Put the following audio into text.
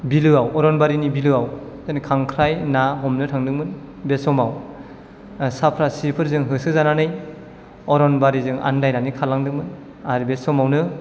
बिलोयाव अरनबारिनि बिलोयाव खांख्राय ना हमनो थांदोंमोन बे समाव साफ्रासिफोरजों होसो जानानै अरनबारिजों आन्दायनानै खारलांदोंमोन आरो बे समावनो